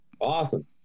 Awesome